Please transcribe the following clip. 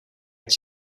het